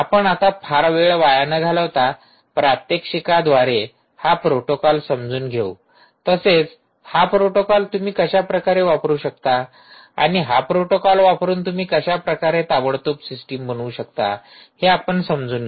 आपण आता फार वेळ वाया न घालवता प्रात्यक्षिकाद्वारे हा प्रोटोकॉल समजून घेऊ तसेच हा प्रोटोकॉल तुम्ही कशाप्रकारे वापरू शकता आणि हा प्रोटोकॉल वापरून तुम्ही कशाप्रकारे ताबडतोब सिस्टिम बनवू शकता हे आपण समजून घेऊ